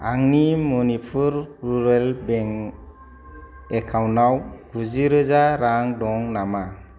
आंनि Manipur rural bank एकाउन्टआव गुजिरोजा रां दं नामा